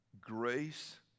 Grace